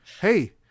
Hey